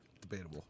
Debatable